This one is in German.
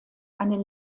eine